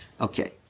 Okay